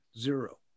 Zero